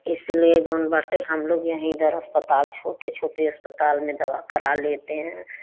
इसीलिए जोन बाटे हम लोग यहीं इधर अस्पताल छोटे छोटे अस्पताल में दवा करा लेते हैं